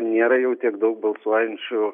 nėra jau tiek daug balsuojančių